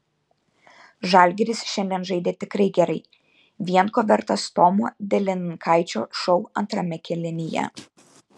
žalgiris šiandien žaidė tikrai gerai vien ko vertas tomo delininkaičio šou antrame kėlinyje